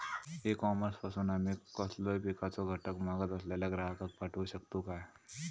E commerce पासून आमी कसलोय पिकाचो घटक मागत असलेल्या ग्राहकाक पाठउक शकतू काय?